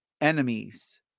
enemies